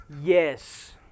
Yes